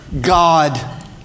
God